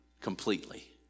completely